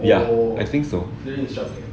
yeah I think so